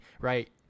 right